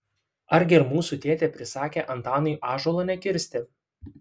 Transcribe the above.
argi ir mūsų tėtė prisakė antanui ąžuolo nekirsti